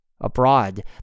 Abroad